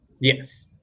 Yes